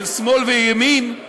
של שמאל וימין,